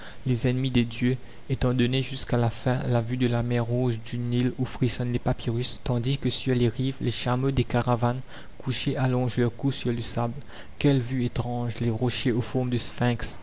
les ennemis des dieux était donnée jusqu'à la fin la vue de la mer rouge du nil où frissonnent les papyrus tandis que sur les rives les chameaux des caravanes couchés allongent leurs cous sur le sable quelle vue étrange les rochers aux formes de sphinx